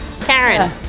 Karen